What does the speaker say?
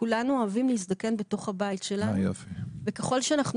כולנו אוהבים להזדקן בתוך הבית שלנו וככל שאנחנו